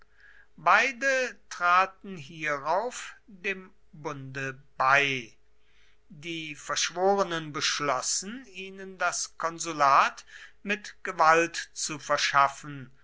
beide traten hierauf dem bunde bei die verschworenen beschlossen ihnen das konsulat mit gewalt zu verschaffen